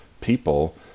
people